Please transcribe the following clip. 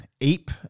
ape